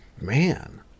man